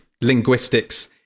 linguistics